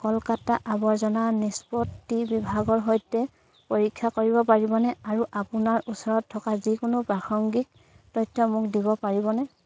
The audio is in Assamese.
কলকাতা আৱৰ্জনা নিষ্পত্তি বিভাগৰ সৈতে পৰীক্ষা কৰিব পাৰিবনে আৰু আপোনাৰ ওচৰত থকা যিকোনো প্ৰাসংগিক তথ্য মোক দিব পাৰিবনে